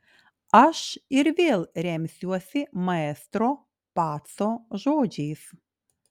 aš ir vėl remsiuosi maestro paco žodžiais